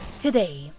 Today